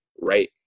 right